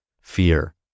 fear